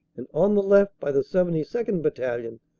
and on the left by the seventy second. battalion,